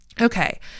Okay